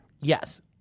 Yes